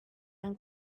when